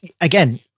again